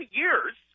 years